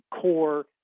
core